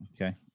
Okay